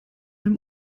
dem